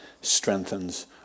strengthens